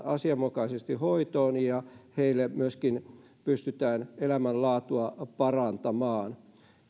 asianmukaisesti hoitoon ja heidän elämänlaatuaan myöskin pystytään parantamaan